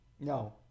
No